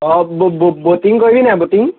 অঁ বটিং কৰিবিনে নাই বটিং